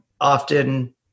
often